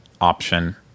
option